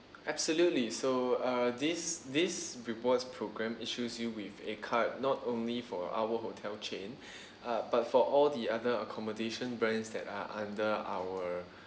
absolutely so uh this this rewards program issues you with a card not only for our hotel chain uh but for all the other accommodation brands that are under our